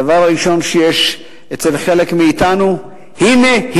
הדבר הראשון שיש אצל חלק מאתנו: הנה,